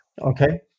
Okay